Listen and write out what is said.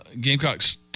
Gamecocks